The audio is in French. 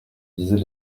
disait